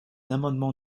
amendement